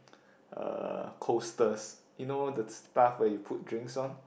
uh coasters you know the stuff where you put drinks on